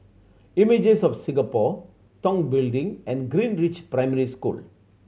Images of Singapore Tong Building and Greenridge Primary School